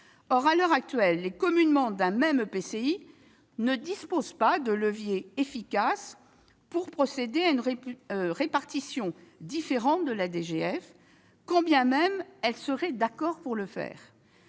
DGF. À l'heure actuelle, les communes membres d'un même EPCI ne disposent pas d'un levier efficace pour opérer une répartition différente de la DGF, quand bien même elles seraient d'accord pour le faire.